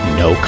no